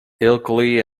ilkley